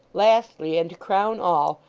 lastly, and to crown all,